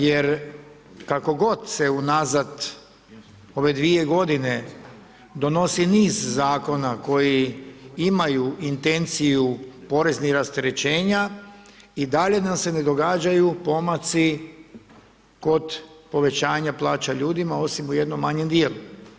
Jer kako god se unazad ove dvije godine donosi niz zakona koji imaju intenciju poreznih rasterećenja i dalje nam se ne događaju pomaci kod povećanja plaća ljudima osim u jednom manjem dijelu.